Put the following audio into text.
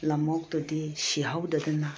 ꯂꯝꯑꯣꯛꯇꯨꯗꯤ ꯁꯤꯍꯧꯗꯗꯅ